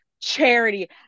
Charity